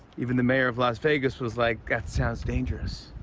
even the mayor of las vegas was like, that sounds dangerous.